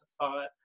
thought